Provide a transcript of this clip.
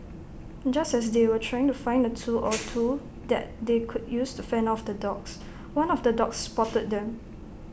just as they were trying to find A tool or two that they could use to fend off the dogs one of the dogs spotted them